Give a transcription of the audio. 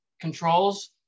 controls